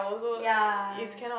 ya